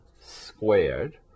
squared